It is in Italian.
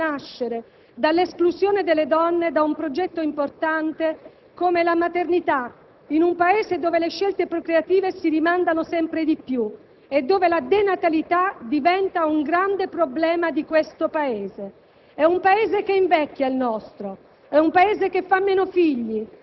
e pertanto ci rendiamo conto dei grandi problemi sociali che possono nascere dall'esclusione delle donne da un progetto importante come la maternità, in un Paese dove le scelte procreative si rimandano sempre di più e dove la denatalità diventa un grande problema. È un Paese